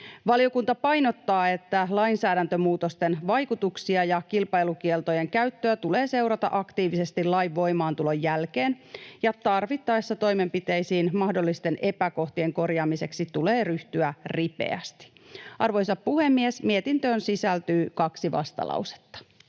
Valiokunta painottaa, että lainsäädäntömuutosten vaikutuksia ja kilpailukieltojen käyttöä tulee seurata aktiivisesti lain voimaantulon jälkeen ja tarvittaessa toimenpiteisiin mahdollisten epäkohtien korjaamiseksi tulee ryhtyä ripeästi. Arvoisa puhemies! Mietintöön sisältyy kaksi vastalausetta.